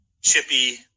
Chippy